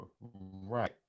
right